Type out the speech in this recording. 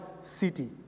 city